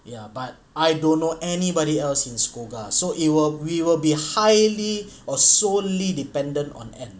ya but I don't know anybody else in SCOGA lah so it will we will be highly or solely dependent on them